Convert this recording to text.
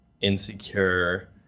insecure